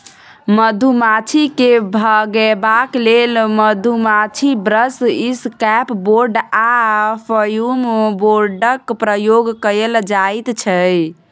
मधुमाछी केँ भगेबाक लेल मधुमाछी ब्रश, इसकैप बोर्ड आ फ्युम बोर्डक प्रयोग कएल जाइत छै